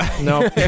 No